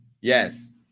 Yes